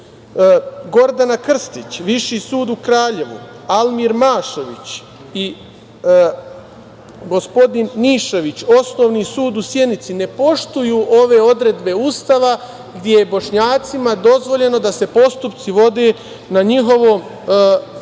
Gordana Krstić, Viši sud u Kraljevu, Almir Mašović, i gospodin Mišović, Osnovni sud u Sjenici, ne poštuju ove odredbe Ustava gde Bošnjacima je dozvoljeno da se postupci vode na njihovom